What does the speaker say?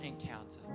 encounter